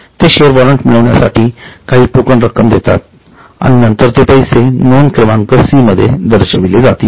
ते shares warrant मिळविण्यासाठी काही टोकन रक्कम देतात आणि ते पैसे नोंद क्रमांक सी मध्ये दर्शविले जातील